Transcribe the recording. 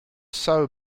sew